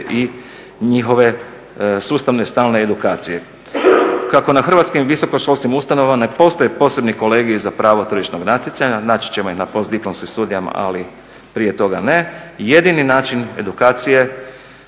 i njihove sustavne, stalne edukacije. Kako na hrvatskim visokoškolskim ustanovama ne postoji posebni kolegiji za pravo tržišnog natjecanja, naći ćemo na postdiplomskim studijima ali prije toga ne, jedini način edukacije